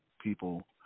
people